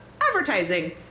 advertising